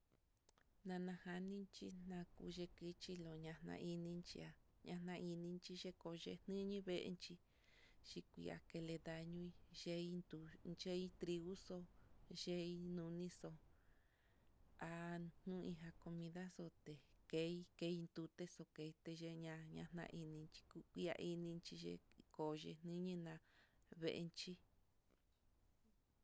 Nanajaninchí nakuchi nikiloña, ñajan iinchiá ñajan inchixhi koye niño'o veenxhi xhikue ihá kele dañui yentui, yei trigoxo, yei nonixo, há no inja comida xote kei kei tutexo ketex ñaña, naini kuia ini x koye nini ná veenxhi.